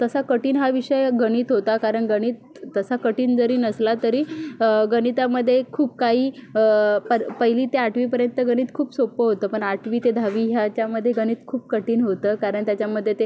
तसा कठीण हा विषय गणित होता कारण गणित तसा कठीण जरी नसला तरी गणितामध्ये खूप काही पहिली ते आठवीपर्यंत गणित खूप सोपं होतं पण आठवी ते दहावी ह्याच्यामध्ये गणित खूप कठीण होतं कारण त्याच्यामध्ये ते